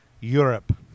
Europe